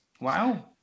wow